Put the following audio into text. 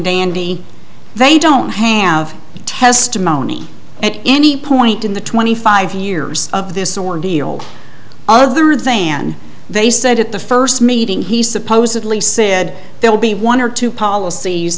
dandy they don't hammer of testimony at any point in the twenty five years of this ordeal other than they said at the first meeting he supposedly said there will be one or two polic